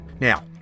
Now